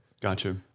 Gotcha